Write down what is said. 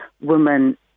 women